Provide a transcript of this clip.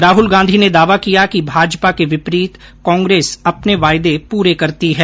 राहुल गांधी ने दावा किया कि भाजपा के विपरीत कांग्रेस अपने वादे पूरा करती है